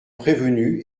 prévenus